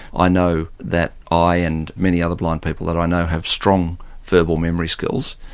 i know that i and many other blind people that i know have strong verbal memory skills,